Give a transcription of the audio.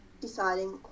deciding